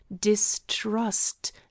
distrust